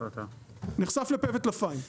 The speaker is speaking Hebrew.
נחשף לפה וטלפיים.